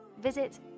Visit